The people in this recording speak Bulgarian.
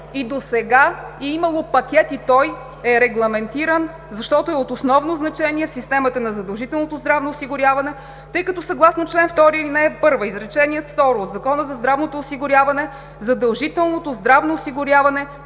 И досега е имало пакет и той е регламентиран, защото е от основно значение в системата на задължителното здравно осигуряване, тъй като, съгласно чл. 2, ал. 1, изречение второ от Закона за здравното осигуряване, задължителното здравно осигуряване